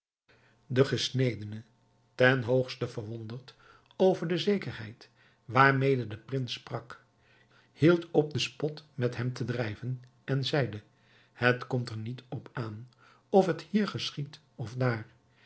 de gesnedene ten hoogste verwonderd over de zekerheid waarmede de prins sprak hield op den spot met hem te drijven en zeide het komt er niet op aan of het hier geschiedt of daar